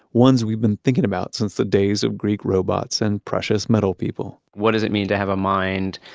ones we've been thinking about since the days of greek robots and precious metal-people what does it mean to have a mind?